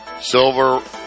silver